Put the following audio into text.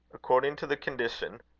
according to the condition.